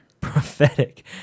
Prophetic